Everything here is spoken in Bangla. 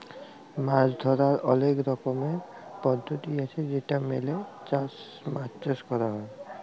মাছ ধরার অলেক রকমের পদ্ধতি আছে যেটা মেলে মাছ চাষ ক্যর হ্যয়